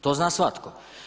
To zna svatko.